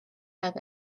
have